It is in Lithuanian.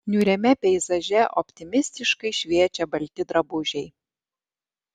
niūriame peizaže optimistiškai šviečia balti drabužiai